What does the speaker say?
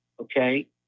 Okay